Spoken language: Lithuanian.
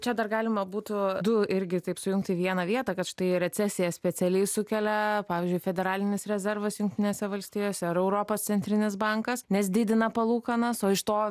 čia dar galima būtų du irgi taip sujungt į vieną vietą kad štai recesiją specialiai sukelia pavyzdžiui federalinis rezervas jungtinėse valstijose ar europos centrinis bankas nes didina palūkanas o iš to